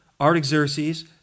Artaxerxes